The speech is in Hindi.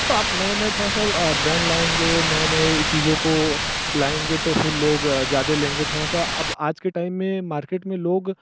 तो आप नए नए थोड़ा सा ब्रैंड लाएंगे नए नए चीज़ों को लाएंगे तो फिर लोग ज़्यादे लेंगे थोड़ा सा अब आज के टाइम में मार्केट में लोग